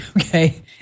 okay